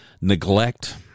Neglect